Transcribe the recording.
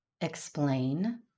Explain